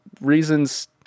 reasons